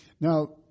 Now